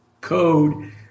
code